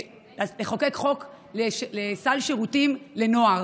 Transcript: לחוקק חוק לסל שירותים לנוער